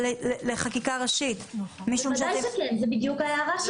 זאת בדיוק ההערה שלי.